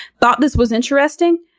thought this was interesting?